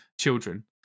children